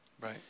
Right